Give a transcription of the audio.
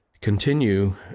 continue